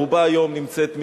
רובה היום נמצאת,